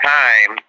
time